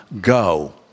go